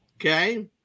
Okay